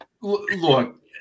look